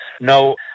no